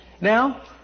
Now